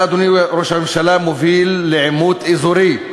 אתה, אדוני ראש הממשלה, מוביל לעימות אזורי,